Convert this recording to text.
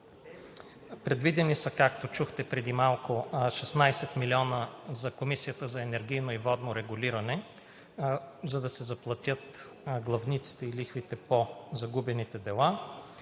Предвидени са, както чухте преди малко, 16 милиона за Комисията за енергийно и водно регулиране, за да се заплатят главниците и лихвите по загубените дела.